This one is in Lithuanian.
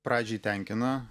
pradžiai tenkina